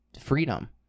freedom